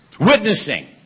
witnessing